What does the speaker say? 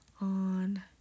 on